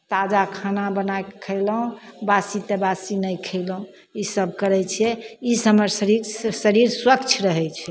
ताजा खाना बनाए कऽ खयलहुँ बासी तेबासी नहि खयलहुँ इसभ करै छियै ईसँ हमर शरीर शरीर स्वच्छ रहै छै